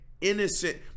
innocent